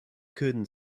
couldn’t